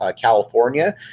California